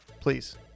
please